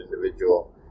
individual